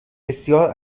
بسیار